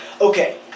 Okay